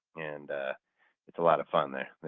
and it's a lot of fun there.